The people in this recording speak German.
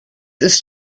ist